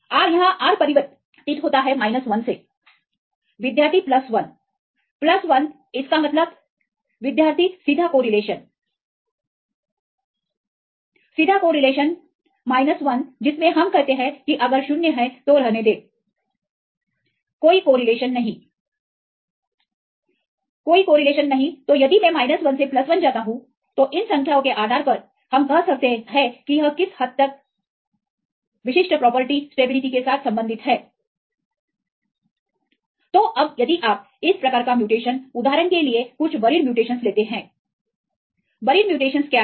यह लेता है r परिवर्तित होता है माइनस 1 से विद्यार्थी प्लस 1 विद्यार्थी सीधा कोरिलेशन सीधा कोरिलेशन माइनस 1 जिसमें हम कहते हैं कि अगर 0 है तो रहने दें कोई कोरिलेशन नहीं तो अब यदि आप इस प्रकार का म्यूटेशनसउदाहरण के लिए कुछ बरीड म्यूटेशन लेते हैंबरीड म्यूटेशन क्या है